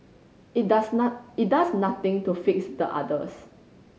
it does it does nothing to fix the others